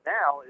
now